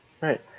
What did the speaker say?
Right